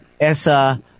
Essa